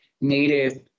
Native